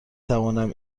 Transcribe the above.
توانم